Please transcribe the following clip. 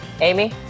Amy